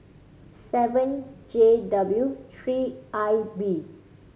seven J W three I B